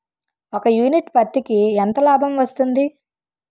ఒక యూనిట్ పత్తికి ఎంత లాభం వస్తుంది?